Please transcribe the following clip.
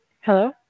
Hello